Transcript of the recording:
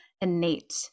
innate